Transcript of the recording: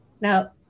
now